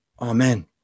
amen